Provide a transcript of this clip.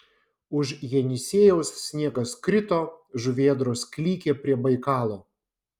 už jenisiejaus sniegas krito žuvėdros klykė prie baikalo